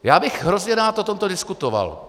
Já bych hrozně rád o tomto diskutoval.